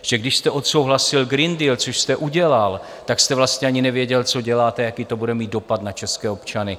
Že když jste odsouhlasil Green Deal, což jste udělal, tak jste vlastně ani nevěděl, co děláte a jaký to bude mít dopad na české občany.